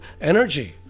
energy